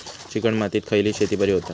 Chicken मातीत खयली शेती बरी होता?